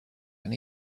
and